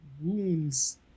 wounds